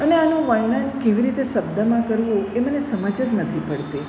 અને આનું વર્ણન કેવી રીતે શબ્દમાં કરવું એ મને સમઝ જ નથી પડતી